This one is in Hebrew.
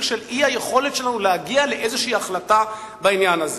של אי-היכולת שלנו להגיע לאיזושהי החלטה בעניין הזה.